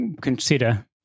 consider